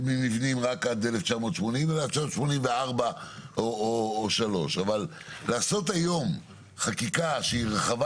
ממבנים רק עד 1980 אלא 1984 או 1983. לעשות היום חקיקה שהיא רחבה